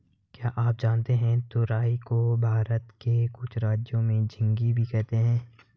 क्या आप जानते है तुरई को भारत के कुछ राज्यों में झिंग्गी भी कहते है?